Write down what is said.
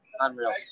Unreal